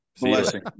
Blessing